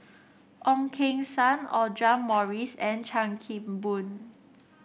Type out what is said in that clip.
Ong Keng Sen Audra Morrice and Chan Kim Boon